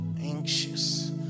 anxious